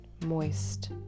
moist